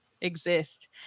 exist